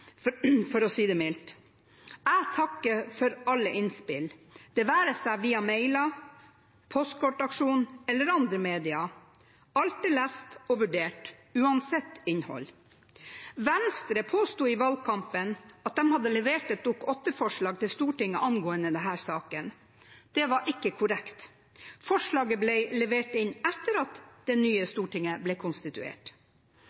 for å si det mildt. Jeg takker for alle innspill, det være seg via mailer, postkortaksjoner eller andre medier. Alt er lest og vurdert uansett innhold. Venstre påsto i valgkampen at de hadde levert et Dokument 8-forslag til Stortinget angående denne saken. Det var ikke korrekt. Forslaget ble levert inn etter at det nye